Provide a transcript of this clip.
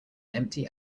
empty